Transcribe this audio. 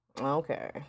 Okay